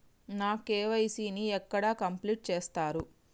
నా కే.వై.సీ ని ఎక్కడ కంప్లీట్ చేస్తరు?